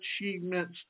achievements